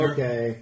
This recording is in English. Okay